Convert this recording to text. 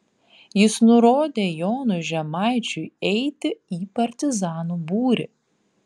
jis nurodė jonui žemaičiui eiti į partizanų būrį